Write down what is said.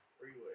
freeway